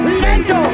lento